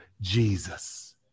Jesus